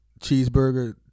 cheeseburger